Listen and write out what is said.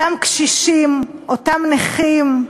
אותם קשישים, אותם נכים,